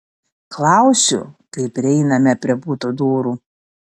klausiu kai prieiname prie buto durų